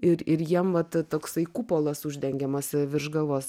ir ir jiem vat toksai kupolas uždengiamas virš galvos